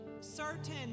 Certain